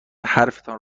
حرفتان